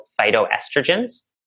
phytoestrogens